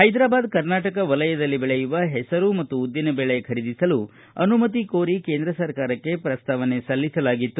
ಹೈದರಾಬಾದ್ ಕರ್ನಾಟಕ ವಲಯದಲ್ಲಿ ಬೆಳೆಯುವ ಹೆಸರು ಮತ್ತು ಉದ್ದಿನಬೇಳೆ ಖರೀದಿಸಲು ಅನುಮತಿ ಕೋರಿ ಕೇಂದ್ರ ಸರ್ಕಾರಕ್ಕೆ ಪ್ರಸ್ತಾವನೆ ಸಲ್ಲಿಸಲಾಗಿತ್ತು